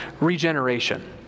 regeneration